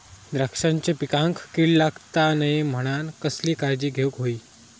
द्राक्षांच्या पिकांक कीड लागता नये म्हणान कसली काळजी घेऊक होई?